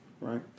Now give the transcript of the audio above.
right